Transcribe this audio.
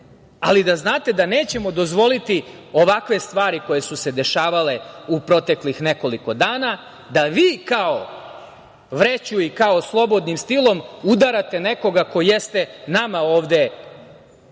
Ali, da znate da nećemo dozvoliti ovakve stvari koje su se dešavale u proteklih nekoliko dana, da vi kao vreću i kao slobodnim stilom udarate nekoga ko jeste nama ovde